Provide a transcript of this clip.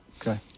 Okay